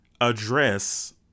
address